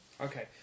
Okay